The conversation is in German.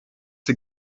sie